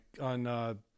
on